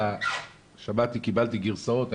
קיבלתי גרסאות,